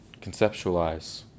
conceptualize